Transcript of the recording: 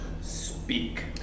Speak